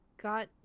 got